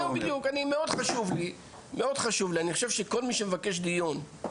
אני חושבת שזה מצב בלתי סביר,